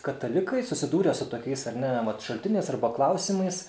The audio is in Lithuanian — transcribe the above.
katalikai susidūrę su tokiais ar ne vat šaltiniais arba klausimais